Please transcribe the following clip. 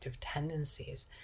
tendencies